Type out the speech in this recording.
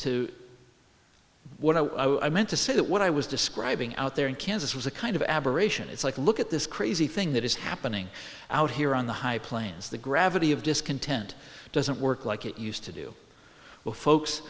that what i was describing out there in kansas was a kind of aberration it's like look at this crazy thing that is happening out here on the high plains the gravity of discontent doesn't work like it used to do well folks